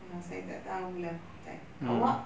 ah saya tak tahu lah awak